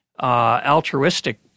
altruistic